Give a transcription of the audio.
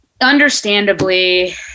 understandably